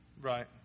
Right